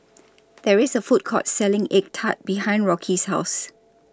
There IS A Food Court Selling Egg Tart behind Rocky's House